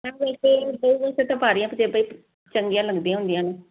ਭਾਰੀਆ ਪੰਜੇਬਾਂ ਚੰਗੀਆਂ ਲੱਗਦੀਆਂ ਹੁੰਦੀਆਂ ਨੇ